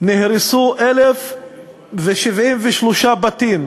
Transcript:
נהרסו 1,073 בתים.